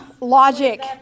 logic